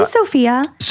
Sophia